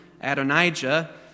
Adonijah